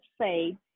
say